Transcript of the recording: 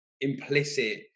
implicit